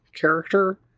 character